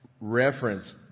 reference